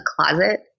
closet